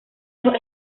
los